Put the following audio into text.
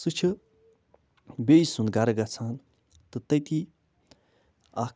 سُہ چھِ بیٚیہِ سُنٛد گَرٕ گژھان تہٕ تٔتی اَکھ